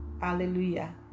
Hallelujah